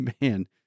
Man